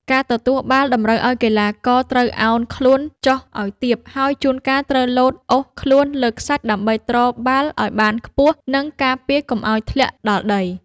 ការទទួលបាល់តម្រូវឱ្យកីឡាករត្រូវឱនខ្លួនចុះឱ្យទាបហើយជួនកាលត្រូវលោតអូសខ្លួនលើខ្សាច់ដើម្បីទ្របាល់ឱ្យបានខ្ពស់ និង ការពារកុំឱ្យធ្លាក់ដល់ដី។